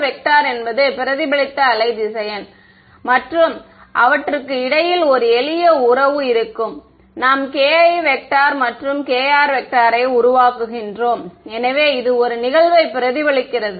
kr என்பது பிரதிபலித்த wave vector மற்றும் அவற்றுக்கு இடையில் ஒரு எளிய உறவு இருக்கும் நாம் kiமற்றும் kr உருவாக்குகின்றோம் எனவே இது ஒரு நிகழ்வை பிரதிபலிக்கிறது